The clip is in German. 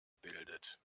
bildet